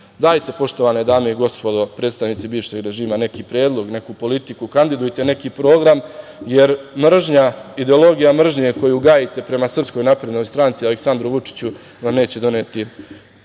trenutku. Poštovane dame i gospodo, predstavnici bivšeg režima dajte neki predlog, neku politiku, kandidujte neki program, jer ideologija mržnje koju gajite prema Sprskoj naprednoj stranci, Aleksandru Vučiću, vam neće doneti